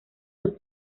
los